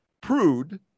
prude